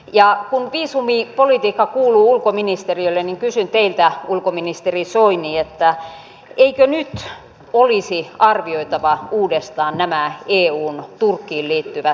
ja kun viisumipolitiikka kuuluu ulkoministeriölle niin kysyn teiltä ulkoministeri soini eikö nyt olisi arvioitava uudestaan nämä eun turkkiin liittyvät päätökset